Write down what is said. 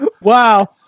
Wow